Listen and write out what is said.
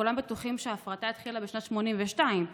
כולם בטוחים שההפרטה התחילה בשנת 1982,